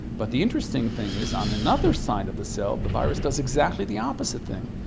but the interesting thing is on another side of the cell the virus does exactly the opposite thing,